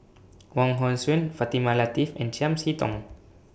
Wong Hong Suen Fatimah Lateef and Chiam See Tong